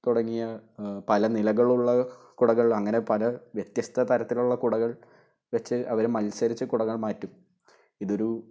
തുടങ്ങിയ പല നിലകളുള്ള കുടകള് അങ്ങനെ പല വ്യത്യസ്ത തരത്തിലുള്ള കുടകള് വെച്ച് അവർ മത്സരിച്ച് കുടകള് മാറ്റും ഇതൊരു